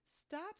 Stop